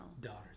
Daughters